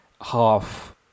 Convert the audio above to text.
half